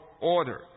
order